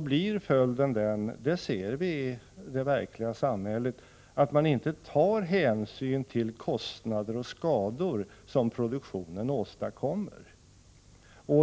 blir följden den — det ser vi i det verkliga livet — att man inte tar hänsyn till kostnader och skador som produktionen åstadkommer.